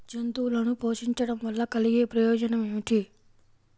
జంతువులను పోషించడం వల్ల కలిగే ప్రయోజనం ఏమిటీ?